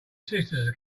sisters